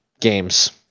games